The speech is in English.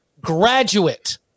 graduate